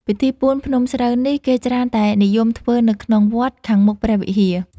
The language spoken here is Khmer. ពិធីពូនភ្នំស្រូវនេះ គេច្រើនតែនិយមធ្វើនៅក្នុងវត្ត ខាងមុខព្រះវិហារ ។